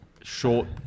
short